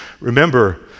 Remember